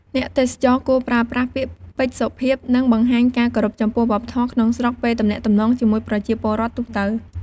អ្នកទេសចរគួរប្រើប្រាស់ពាក្យពេចន៍សុភាព និងបង្ហាញការគោរពចំពោះវប្បធម៌ក្នុងស្រុកពេលទំនាក់ទំនងជាមួយប្រជាពលរដ្ឋទូទៅ។